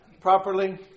properly